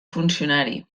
funcionari